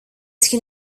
can